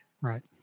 Right